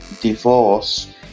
divorce